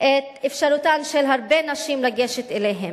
את אפשרותן של הרבה נשים לגשת אליהם,